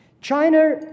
China